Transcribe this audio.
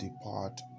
depart